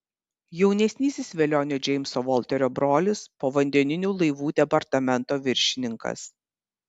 jaunesnysis velionio džeimso volterio brolis povandeninių laivų departamento viršininkas